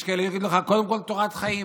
ויש כאלה שיגידו לך: קודם כול תורת חיים,